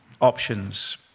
options